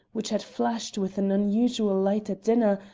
which had flashed with an unusual light at dinner,